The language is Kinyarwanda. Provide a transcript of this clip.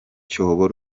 cyobo